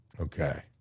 Okay